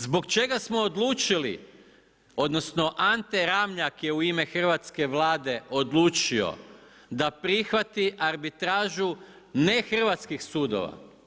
Zbog čega smo odlučili odnosno Ante Ramljak je u ime hrvatske Vlade odlučio da prihvati arbitražu ne hrvatskih sudova.